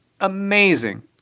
amazing